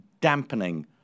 dampening